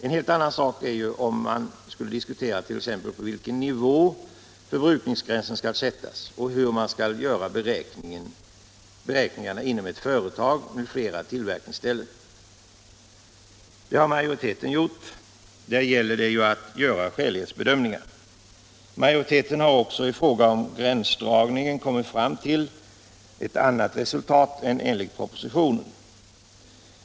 En helt annan sak är ju om man skulle diskutera t.ex. på vilken nivå förbrukningsgränsen skall sättas och hur man skall göra beräkningarna inom företag med flera tillverkningsställen. Det har majoriteten gjort. Där gäller det ju att göra skälighetsbedömningar. Majoriteten har också i fråga om gränsdragningen kommit fram till ett annat resultat än enligt propositionen.